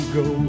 go